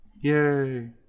Yay